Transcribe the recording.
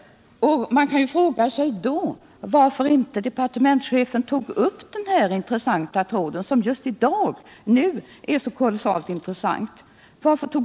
Man kan fråga sig varför departementschefen inte i propositionen tog upp det förslag som just nu är så kolossalt intressant.